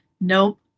Nope